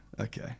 okay